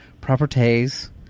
properties